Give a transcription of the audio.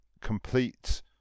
complete